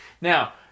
Now